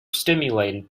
stimulated